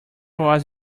was